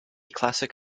classic